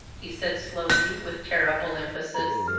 he said, slowly, with terrible emphasis.